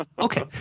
Okay